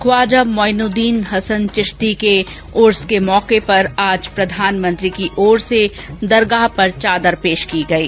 ख्वाजा मोइनुद्दीन हसन चिश्ती के उर्स के मौके पर आज प्रधानमंत्री की ओर से दरगाह पर चादर पेश की गई